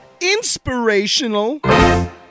inspirational